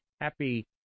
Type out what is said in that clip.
Happy